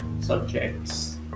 subjects